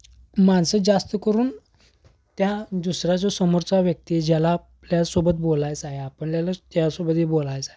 माणसं जास्त करून त्या दुसरा जो समोरचा व्यक्ती ज्याला आपल्यासोबत बोलायचं आहे आपल्याला त्यासोबतही बोलायचं आहे